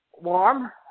Warm